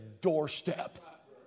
doorstep